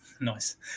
Nice